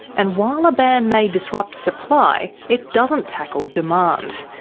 and while a ban may disrupt supply, it doesn't tackle demand.